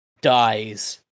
dies